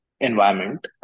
environment